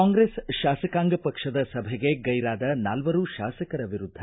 ಕಾಂಗ್ರೆಸ್ ಶಾಸಕಾಂಗ ಪಕ್ಷದ ಸಭೆಗೆ ಗೈರಾದ ನಾಲ್ವರು ಶಾಸಕರ ವಿರುದ್ವ